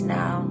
now